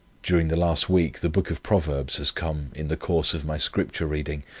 during the last week the book of proverbs has come, in the course of my scripture reading,